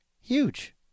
Huge